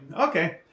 okay